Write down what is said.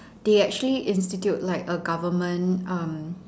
they actually institute like a government um